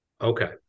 Okay